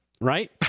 Right